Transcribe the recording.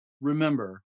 Remember